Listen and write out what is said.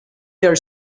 their